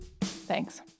thanks